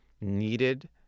needed